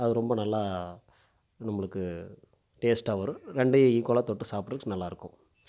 அது ரொம்ப நல்லா நம்மளுக்கு டேஸ்ட்டாக வரும் ரெண்டையும் ஈக்குவலாக தொட்டு சாப்புட்றதுக்கு நல்லாயிருக்கும்